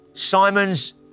Simon's